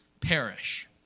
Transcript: perish